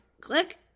Click